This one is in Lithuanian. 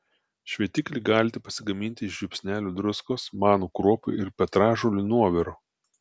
šveitiklį galite pasigaminti iš žiupsnelio druskos manų kruopų ir petražolių nuoviro